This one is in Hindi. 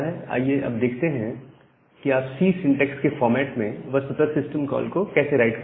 आइए अब देखते हैं कि आप सी सिंटेक्स के फॉर्मेट में वस्तुतः सिस्टम कॉल को राइट कैसे करेंगे